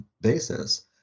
basis